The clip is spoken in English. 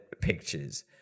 pictures